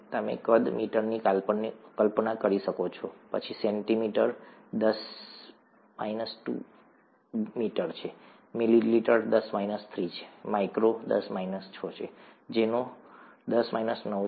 તમે કદ મીટરની કલ્પના કરી શકો છો પછી સેન્ટીમીટર 10 2 મીટર છે મિલીમીટર 10 3 છે માઇક્રો 10 6 છે નેનો 10 9 છે